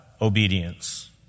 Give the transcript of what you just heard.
obedience